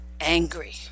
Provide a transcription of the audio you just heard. angry